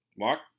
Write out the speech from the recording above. Mark